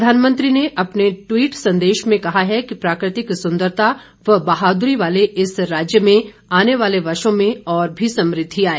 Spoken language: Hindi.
प्रधानमंत्री ने अपने ट्वीट संदेश में कहा है कि प्राकृतिक सुंदरता व बहादुरी वाले इस राज्य में आने वाले वर्षों में और भी समृद्धि आए